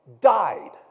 died